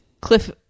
Cliff